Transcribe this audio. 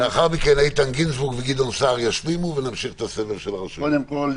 קודם כול,